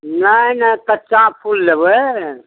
नहि नहि कच्चा फूल लेबय